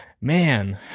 man